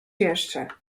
jeszcze